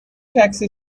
taxi